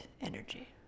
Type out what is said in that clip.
energy